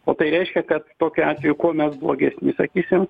o tai reiškia kad tokiu atveju kuo mes blogesnis sakysim